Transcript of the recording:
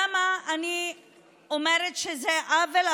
למה אני אומרת שזה עוול,